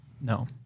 No